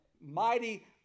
mighty